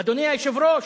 אדוני היושב-ראש,